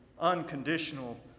unconditional